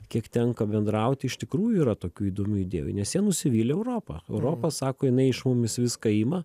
kiek tenka bendrauti iš tikrųjų yra tokių įdomių idėjų nes jie nusivylė europa europa sako jinai iš mumis viską ima